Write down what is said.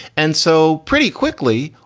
and so pretty quickly,